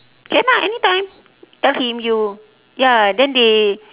can ah anytime tell him you ya then they